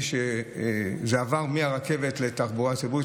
זה שזה עבר מהרכבת לתחבורה הציבורית,